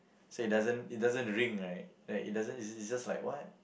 so it doesn't it doesn't ring right like it doesn't is is just like what